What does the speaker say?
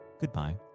goodbye